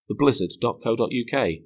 theblizzard.co.uk